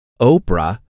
Oprah